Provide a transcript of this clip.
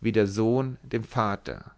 wie der sohn dem vater